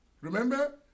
Remember